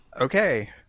okay